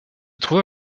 trouve